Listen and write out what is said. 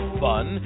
fun